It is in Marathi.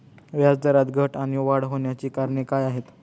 व्याजदरात घट आणि वाढ होण्याची कारणे काय आहेत?